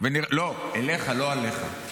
לא, אליך, לא עליך.